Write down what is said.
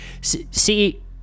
See